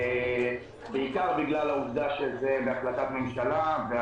בעיקר בגלל העובדה שזה בהחלטת ממשלה.